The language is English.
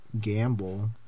gamble